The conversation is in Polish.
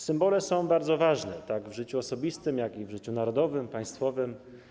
Symbole są bardzo ważne zarówno w życiu osobistym, jak i w życiu narodowym, państwowym.